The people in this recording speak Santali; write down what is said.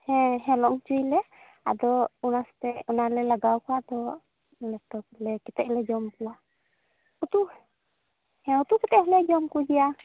ᱦᱮᱸ ᱦᱚᱞᱚᱝ ᱚᱪᱚᱭᱟᱞᱮ ᱟᱫᱚ ᱚᱱᱟ ᱥᱟᱣᱛᱮ ᱚᱱᱟᱞᱮ ᱞᱟᱜᱟᱣᱟᱠᱚᱣᱟ ᱛᱳ ᱞᱮᱴᱚ ᱠᱟᱛᱮᱫ ᱞᱮ ᱡᱚᱢ ᱠᱚᱣᱟ ᱩᱛᱩ ᱦᱮᱸ ᱩᱛᱩ ᱠᱟᱛᱮᱫ ᱦᱚᱸᱞᱮ ᱡᱚᱢ ᱠᱚᱜᱮᱭᱟ